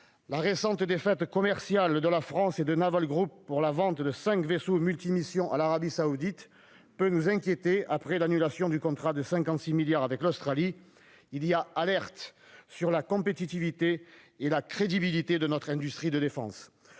la récente défaite commerciale de la France et de Naval Group pour la vente de cinq vaisseaux multimissions à l'Arabie Saoudite peut nous inquiéter, après l'annulation du contrat de 56 milliards d'euros avec l'Australie. C'est une alerte sur la compétitivité et la crédibilité de notre industrie de défense